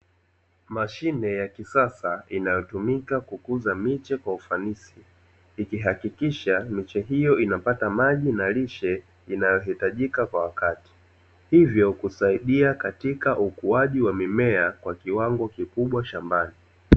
Mashine ya kisasa, inayotumika kukuza miche kwa ufanisi, ikihakikisha miche hiyo inapata maji na lishe inayohitajika kwa wakati. Hivyo kusaidia katika ukuaji wa mimea kwa kiwango kikubwa shambani.